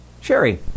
Sherry